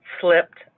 slipped